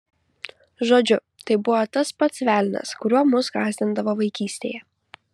žodžiu tai buvo tas pats velnias kuriuo mus gąsdindavo vaikystėje